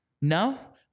No